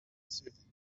soothing